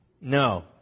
No